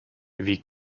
wie